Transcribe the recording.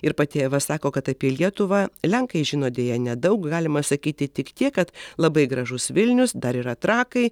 ir pati eva sako kad apie lietuvą lenkai žino deja nedaug galima sakyti tik tiek kad labai gražus vilnius dar yra trakai